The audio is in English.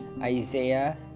Isaiah